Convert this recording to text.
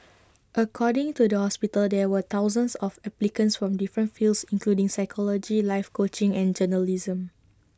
according to the hospital there were thousands of applicants from different fields including psychology life coaching and journalism